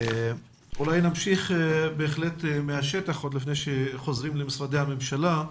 אולי נמשיך מהשטח עוד לפני שחוזרים למשרדי הממשלה.